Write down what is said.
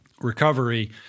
recovery